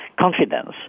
confidence